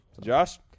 Josh